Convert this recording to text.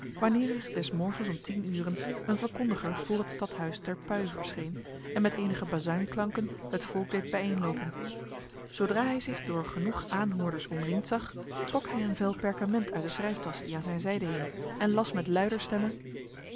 wanneer er des morgens om tien uren een verkondiger voor het stadhuis ter pui verscheen en met enige bazuinklanken het volk deed bijeenlopen zodra hij zich door genoeg aanhoorders omringd zag trok hij een vel perkament uit de schrijftas die aan zijn zijde hing en las met luider stemme